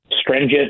stringent